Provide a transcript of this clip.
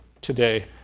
today